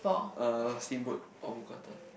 uh steamboat or mookata